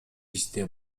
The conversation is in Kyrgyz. бизде